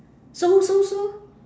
so so so